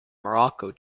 morocco